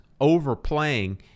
overplaying